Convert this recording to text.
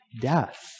death